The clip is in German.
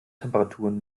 temperaturen